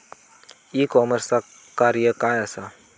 E कॉमर्सचा कार्य काय असा?